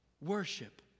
worship